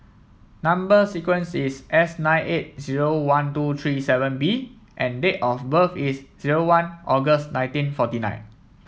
number sequence is S nine eight zero one two three seven B and date of birth is zero one August nineteen forty nine